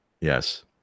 yes